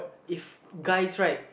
if guys right